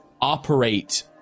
operate